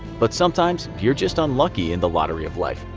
but sometimes you are just unlucky in the lottery of life.